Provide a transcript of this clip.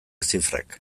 zifrak